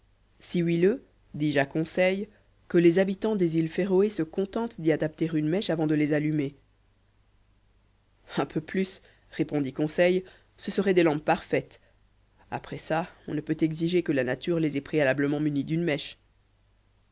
si huileux dis-je à conseil que les habitants des îles féroé se contentent d'y adapter une mèche avant de les allumer un peu plus répondit conseil ce seraient des lampes parfaites après ça on ne peut exiger que la nature les ait préalablement munis d'une mèche